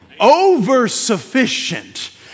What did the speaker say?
Oversufficient